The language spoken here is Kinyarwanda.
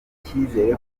icyizere